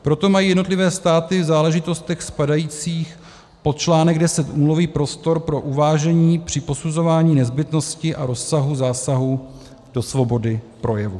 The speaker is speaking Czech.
Proto mají jednotlivé státy v záležitostech spadajících pod článek 10 úmluvy prostor pro uvážení při posuzování nezbytnosti a rozsahu zásahu do svobody projevu.